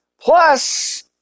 Plus